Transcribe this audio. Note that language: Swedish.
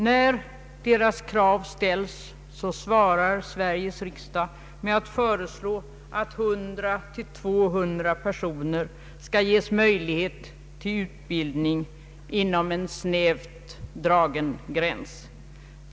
När deras krav ställs svarar Sveriges riksdag med att föreslå att 100—200 personer skall ges möjlighet till utbildning inom en snävt dragen gräns.